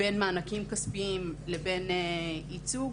בין מענקים כספיים לבין ייצוג.